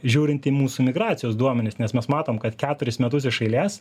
žiūrint į mūsų migracijos duomenis nes mes matom kad keturis metus iš eilės